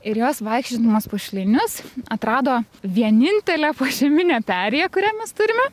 ir jos vaikščiodamos po šleinius atrado vienintelę požeminę perėją kurią mes turime